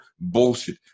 bullshit